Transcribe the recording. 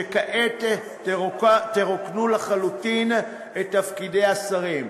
וכעת תרוקנו לחלוטין את תפקידי השרים.